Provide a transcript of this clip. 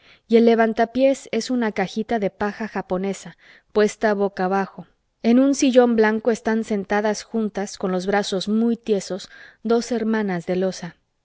y el levantapiés es una cajita de paja japonesa puesta boca abajo en un sillón blanco están sentadas juntas con los brazos muy tiesos dos hermanas de loza